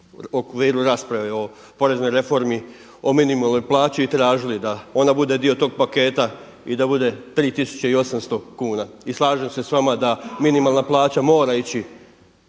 okviru rasprave o poreznoj reformi, o minimalnoj plaći i tražili da ona bude dio tog paketa i da bude 3800 kuna. i slažem se s vama da minimalna plaća mora ići